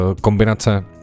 kombinace